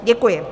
Děkuji.